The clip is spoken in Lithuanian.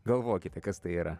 galvokite kas tai yra